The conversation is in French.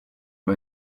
vas